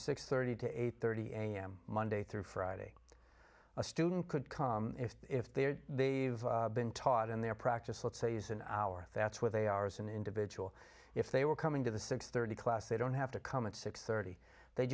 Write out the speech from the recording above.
six thirty to eight thirty a m monday through friday a student could come if they're they've been taught and their practice let's say is an hour if that's where they are as an individual if they were coming to the six thirty class they don't have to come at six thirty they